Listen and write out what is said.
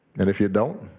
and if you don't,